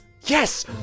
Yes